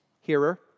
hearer